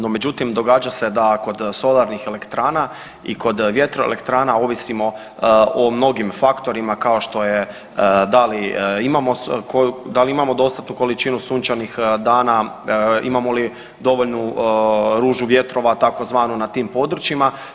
No, međutim događa se da kod solarnih elektrana i kod vjetroelektrana ovisimo o mnogim faktorima kao što je, da li imamo, da li imamo dostatnu količinu sunčanih dana, imamo li dovoljnu ružu vjetrova tzv. na tim područjima.